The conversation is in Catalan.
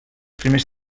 primers